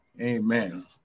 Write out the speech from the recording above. amen